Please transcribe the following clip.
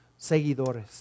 seguidores